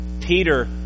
Peter